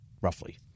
roughly